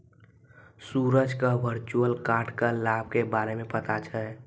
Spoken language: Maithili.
सूरज क वर्चुअल कार्ड क लाभ के बारे मे पता छै